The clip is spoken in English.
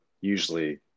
usually